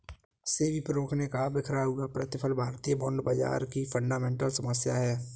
सेबी प्रमुख ने कहा कि बिखरा हुआ प्रतिफल भारतीय बॉन्ड बाजार की फंडामेंटल समस्या है